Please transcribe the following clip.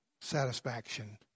satisfaction